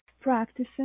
practicing